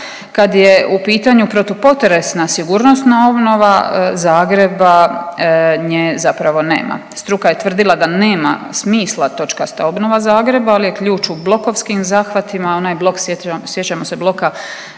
kad je u pitanju protupotresna sigurnosna obnova Zagreba, nje zapravo nema. Struka je tvrdila da nema smisla točkasta obnova Zagreba, ali je ključ u blokovskim zahvatima, onaj blok, sjećamo se bloka